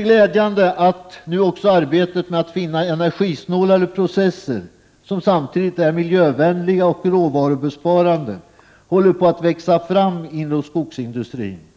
glädjande att nu också arbetet med att finna energisnålare processer, som samtidigt är miljövänliga och råvarubesparande, håller på att växa fram inom skogsindustrin.